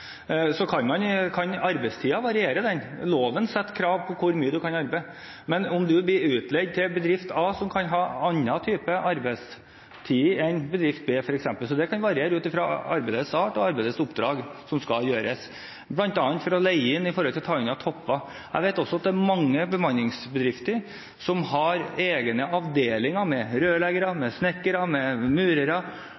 kan arbeidstiden variere. Loven setter krav til hvor mye man kan arbeide, men man kan bli utleid til bedrift A, som f.eks. kan ha en annen arbeidstid enn bedrift B. Det kan variere ut fra arbeidets art, arbeidets oppdrag og hva som skal gjøres, bl.a. det å leie inn for å ta unna topper. Jeg vet også at det er mange bemanningsbedrifter som har egne avdelinger med rørleggere, snekkere og murere